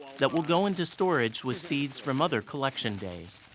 that will go into storage with seeds from other collection days.